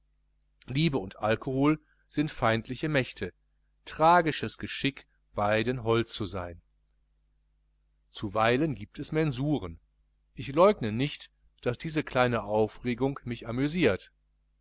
liebe und alkohol sind feindliche mächte tragisches geschick beiden hold zu sein zuweilen giebt es mensuren ich leugne nicht daß diese kleine aufregung mich amüsiert